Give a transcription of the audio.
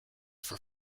for